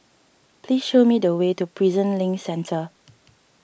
please show me the way to Prison Link Centre